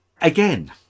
again